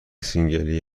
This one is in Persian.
سینگلی